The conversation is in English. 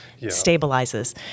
stabilizes